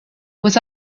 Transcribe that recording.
was